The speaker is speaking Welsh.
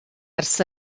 ers